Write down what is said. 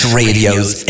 radio's